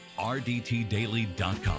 RDTdaily.com